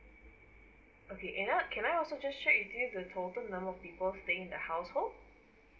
okay and I can I also just check you the total number of people staying in the household